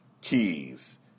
keys